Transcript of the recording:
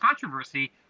controversy